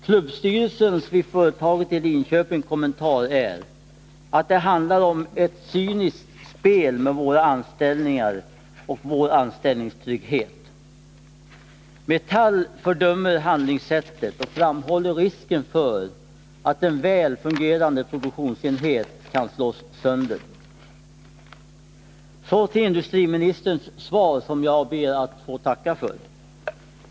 Klubbstyrelsens vid företaget i Linköping kommentar är att det handlar om ”ett cyniskt spel med våra anställningar och vår anställningstrygghet”. Metall fördömer handlingssättet och framhåller risken för att en väl fungerande produktionsenhet kan slås sönder. Så till industriministerns svar som jag ber att få tacka för.